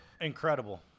Incredible